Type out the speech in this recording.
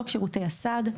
(ג)חוק שירותי הסעד,